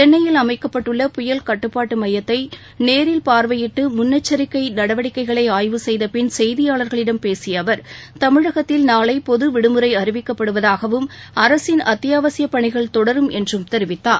சென்னையில் அமைக்கப்பட்டுள்ள புயல் கட்டுப்பாட்டு மையத்தை நேரில் பார்வையிட்டு முன்னெச்சரிக்கை நடவடிக்கைகளை ஆய்வு செய்தபின் செய்தியாளர்களிடம் பேசிய அவர் தமிழகத்தில் நாளை பொது விடுமுறை அறிவிக்கப்படுவதாகவும் அரசின் அத்தியாவசியப் பணிகள் தொடரும் என்றும் தெரிவித்தார்